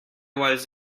was